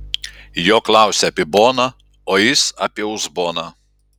jo klausia apie boną o jis apie uzboną